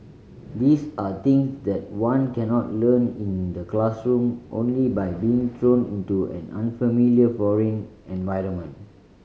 these are things that one cannot learn in the classroom only by being thrown into an unfamiliar foreign environment